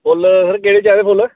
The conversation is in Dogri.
फुल्ल सर केह्दे चाहिदे फुल्ल